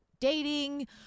dating